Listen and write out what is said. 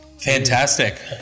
Fantastic